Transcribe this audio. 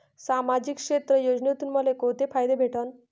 सामाजिक क्षेत्र योजनेतून मले कोंते फायदे भेटन?